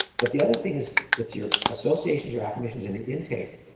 but the other thing is, it's your associations, your affirmations and your intake.